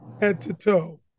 head-to-toe